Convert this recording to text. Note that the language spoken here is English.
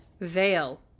veil